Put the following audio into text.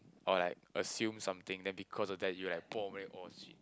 or like assume something then because of that you're like bom and then like oh shit